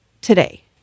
today